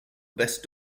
best